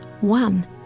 One